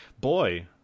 boy